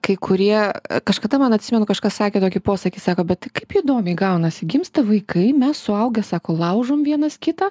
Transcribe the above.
kai kurie kažkada man atsimenu kažkas sakė tokį posakį sako bet tai kaip įdomiai gaunasi gimsta vaikai mes suaugę sako laužom vienas kitą